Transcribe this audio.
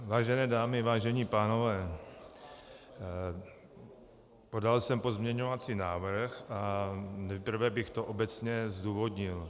Vážené dámy, vážení pánové, podal jsem pozměňovací návrh a nejprve bych to obecně zdůvodnil.